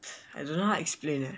I don't know how to explain leh